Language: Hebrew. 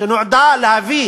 שנועדה להביא